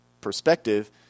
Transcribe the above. perspective